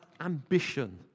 ambition